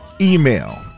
Email